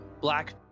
black